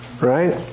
right